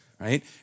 right